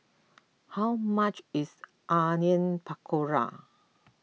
how much is Onion Pakora